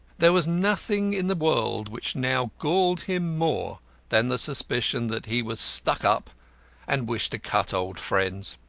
there was nothing in the world which now galled him more than the suspicion that he was stuck-up and wished to cut old friends.